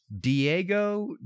Diego